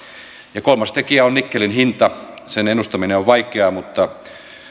ja kolmas tekijä on nikkelin hinta sen ennustaminen on vaikeaa mutta